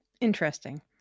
Interesting